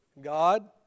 God